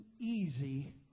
easy